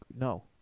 No